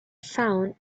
found